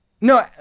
No